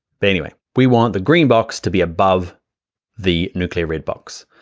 but anyway, we want the green box to be above the nuclear red box.